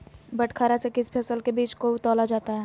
बटखरा से किस फसल के बीज को तौला जाता है?